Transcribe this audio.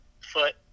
foot